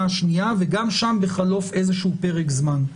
השנייה וגם שם בחלוף איזשהו פרק זמן.